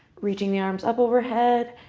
reaching the arms up overhead,